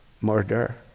murder—